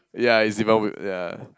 ya it's in one week ya